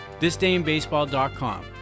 ThisDayInBaseball.com